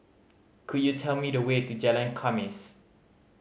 could you tell me the way to Jalan Khamis